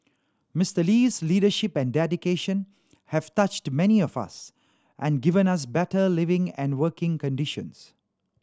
Mister Lee's leadership and dedication have touched many of us and given us better living and working conditions